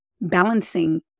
balancing